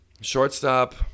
shortstop